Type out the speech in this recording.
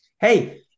Hey